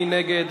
מי נגד?